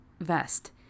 vest